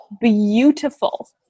beautiful